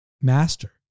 master